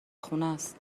خونست